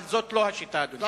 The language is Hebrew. אבל לא זו השיטה, אדוני.